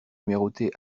numérotés